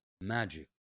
magic